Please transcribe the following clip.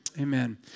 Amen